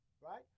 right